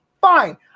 fine